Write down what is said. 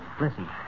Listen